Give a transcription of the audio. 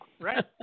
Right